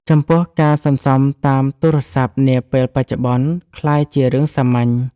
ចំពោះ ការសន្សុំតាមទូរស័ព្ទនាពេលបច្ចុប្បន្នក្លាយជារឿងសាមញ្ញ។